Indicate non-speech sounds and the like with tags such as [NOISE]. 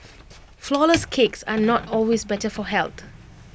[NOISE] Flourless Cakes are not always better for health